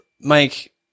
Mike